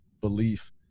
belief